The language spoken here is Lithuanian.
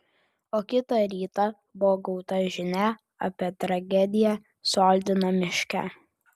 o kitą rytą buvo gauta žinia apie tragediją soldino miške